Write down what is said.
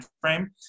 frame